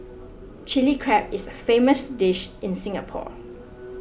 Chilli Crab is a famous dish in Singapore